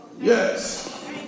Yes